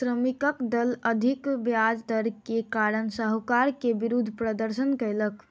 श्रमिकक दल अधिक ब्याज दर के कारण साहूकार के विरुद्ध प्रदर्शन कयलक